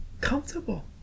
comfortable